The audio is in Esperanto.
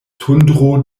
tundro